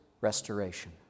restoration